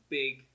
big